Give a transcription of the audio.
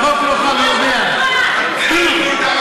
החוק לא חל, הוא יודע.